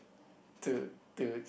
to to